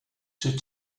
two